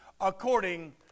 according